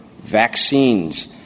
vaccines